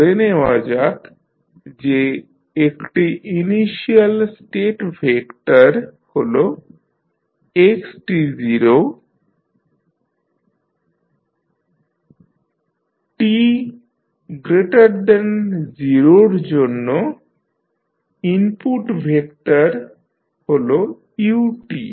ধরে নেওয়া যাক যে একটি ইনিশিয়াল স্টেট ভেক্টর হল xt0 t≥0 এর জন্য ইনপুট ভেক্টর হল ut